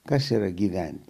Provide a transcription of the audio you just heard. kas yra gyventi